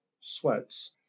sweats